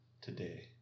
today